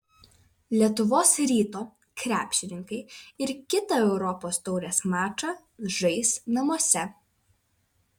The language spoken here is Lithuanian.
lietuvos ryto krepšininkai ir kitą europos taurės mačą žais namuose